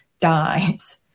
dies